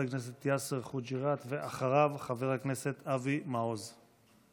הקיימת מתאהבים באזור ובוחרים להקים בה את מרכז חייהם.